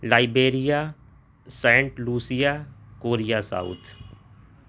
Liberia Saint Lucia Korea south